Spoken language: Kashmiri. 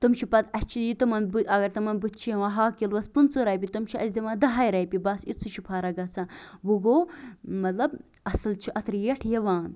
تِم چھِ پَتہٕ اَسہِ چھِ یہِ تِمن اَگَر تِمن بُتھِ چھُ یِوان ہاکہٕ کِلوَس پٕنٛژٕہ رۄپیہِ تِم چھِ اَسہِ دِوان دَہے رۄپیہِ بَس یِژٕے چھِ فرق گژھان وۅنۍ گوٚو مَطلَب اصٕل چھِ اَتھ ریٹ یِوان